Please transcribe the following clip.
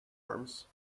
arms